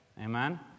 Amen